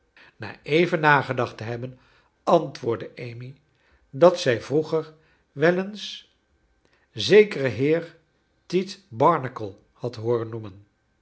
na even nagedacht te hebben antwoordde amy dat zij vroeger wel eens zekeren heer tite barnacle had hooren noemen